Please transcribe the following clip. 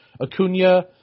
Acuna